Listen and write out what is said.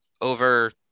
over